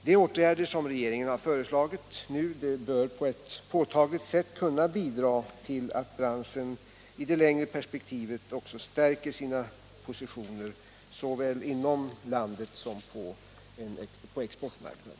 De åtgärder regeringen nu har föreslagit bör på ett påtagligt sätt kunna bidra till att branschen i det längre perspektivet stärker sina positioner såväl inom landet som på exportmarknaderna.